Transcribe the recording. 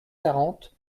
quarante